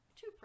two